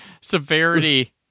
severity